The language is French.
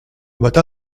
matin